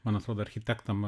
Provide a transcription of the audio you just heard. man atrodo architektam